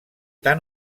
tant